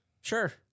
Sure